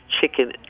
chicken